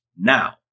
now